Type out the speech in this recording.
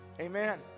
Amen